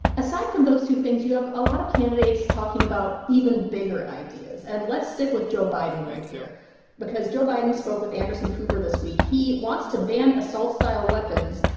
aside from those two things, you have a lot of candidates talking about even bigger ideas. and let's stick with joe biden right here because joe biden spoke with anderson cooper this week. he wants to ban assault-style weapons.